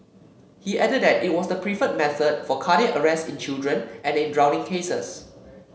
he added that it was the preferred method for cardiac arrest in children and in drowning cases